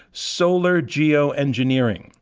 solar geoengineering,